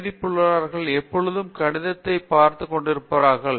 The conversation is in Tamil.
வேதியியலாளர்கள் எப்பொழுதும் கணிதத்தைப் பார்த்து பயப்படுகிறார்கள்